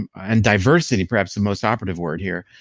and and diversity, perhaps the most operative word here,